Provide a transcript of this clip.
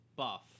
Buff